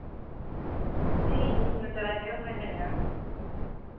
ᱤᱧ ᱤᱧ ᱱᱚᱛᱮ ᱨᱟᱡᱽᱱᱚᱜᱚᱨ ᱠᱷᱚᱱᱟᱜ ᱤᱧ ᱢᱮᱱᱮᱜᱼᱟ